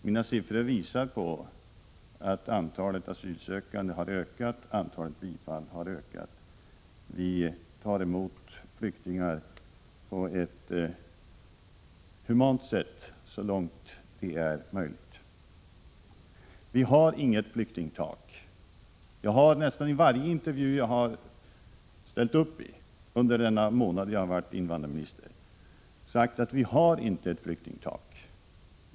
Mina siffror visar att antalet asylsökande och antalet bifall har ökat. Vi strävar efter att ta emot flyktingar på ett humant sätt, så långt det är möjligt. Vi har inget flyktingtak. I nästan varje intervju jag ställt upp i under den månad jag varit invandrarminister har jag sagt att vi inte har något flyktingtak.